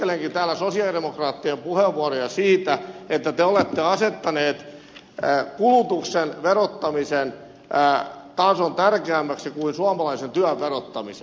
ihmettelenkin täällä sosialidemokraattien puheenvuoroja siitä että te olette asettaneet kulutuksen verottamisen tason tärkeämmäksi kuin suomalaisen työn verottamisen